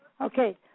Okay